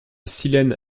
silène